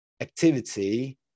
activity